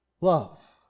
love